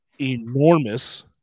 enormous